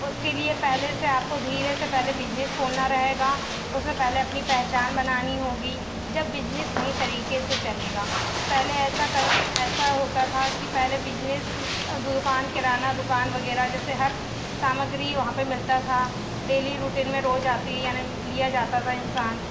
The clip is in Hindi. उसके लिए पहले से आपको धीरे से पहले बिजनेस खोलना रहेगा उसमें पहले अपनी पहचान बनानी होगी जब बिजनेस सही तरीक़े से चलेगा पहले ऐसा ऐसा होता था कि पहले बिजनेस दुकान किराना दुकान वग़ैरह जैसे हर सामग्री वहाँ पर मिलता था डेली रूटीन में रोज़ आते यानी लिया जाता था इन्सान